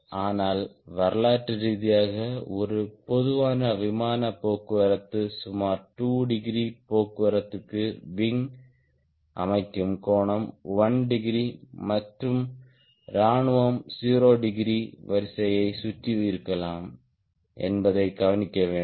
ஆனால் வரலாற்று ரீதியாக ஒரு பொதுவான விமானப் போக்குவரத்துக்கு சுமார் 2 டிகிரி போக்குவரத்துக்கு விங் அமைக்கும் கோணம் 1 டிகிரி மற்றும் இராணுவம் 0 டிகிரி வரிசையைச் சுற்றி இருக்கலாம் என்பதைக் கவனிக்க வேண்டும்